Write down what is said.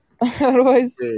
Otherwise